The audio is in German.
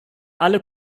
alle